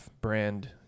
brand